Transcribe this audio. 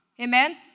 Amen